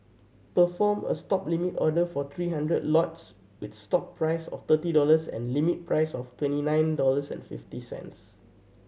perform a Stop limit order for three hundred lots with stop price of thirty dollars and limit price of twenty nine dollars and fifty cents